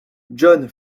john